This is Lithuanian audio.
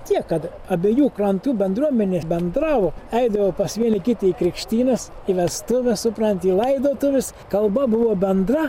tiek kad abiejų krantų bendruomenės bendravo eidavo pas vieni kiti į krikštynas į vestuves supranti į laidotuves kalba buvo bendra